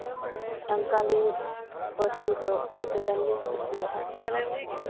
ᱥᱟᱱᱛᱟᱞᱤ ᱯᱟᱹᱨᱥᱤ ᱫᱚ ᱟᱹᱰᱤᱜᱟᱱ ᱜᱤᱧ ᱠᱩᱥᱤᱭᱟᱜᱼᱟ